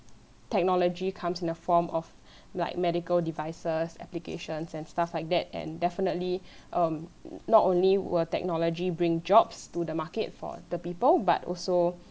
technology comes in the form of like medical devices applications and stuff like that and definitely um not only will technology bring jobs to the market for the people but also